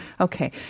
Okay